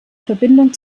verbindung